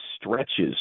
stretches